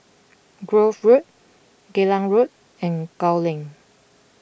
Grove Road Geylang Road and Gul Link